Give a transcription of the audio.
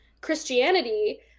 Christianity